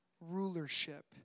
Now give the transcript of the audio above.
rulership